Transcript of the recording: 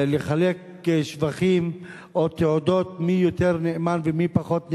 לחלק שבחים או תעודות מי יותר נאמן ומי פחות נאמן,